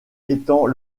étant